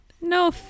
no